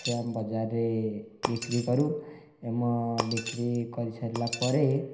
ସିଏ ଆମ ବଜାରରେ ବିକ୍ରି କରୁ ଆମ ବିକ୍ରି କରି ସାରିଲା ପରେ